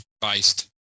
based